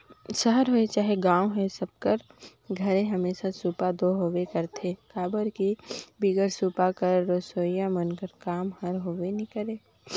सहर होए चहे गाँव होए सब कर घरे हमेसा सूपा दो होबे करथे काबर कि बिगर सूपा कर रधोइया मन कर काम हर होबे नी करे